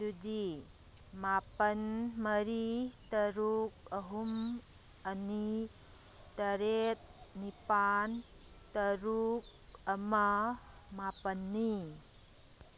ꯑꯗꯨꯗꯤ ꯃꯥꯄꯜ ꯃꯔꯤ ꯇꯔꯨꯛ ꯑꯍꯨꯝ ꯑꯅꯤ ꯇꯔꯦꯠ ꯅꯤꯄꯥꯜ ꯇꯔꯨꯛ ꯑꯃ ꯃꯥꯄꯜꯅꯤ